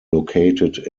located